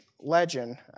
legend